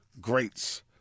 greats